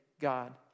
God